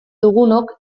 dugunok